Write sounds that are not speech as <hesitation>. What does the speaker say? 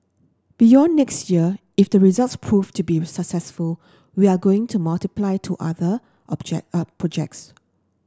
beyond next year if the results proved to be successful we are going to multiply to other object <hesitation> projects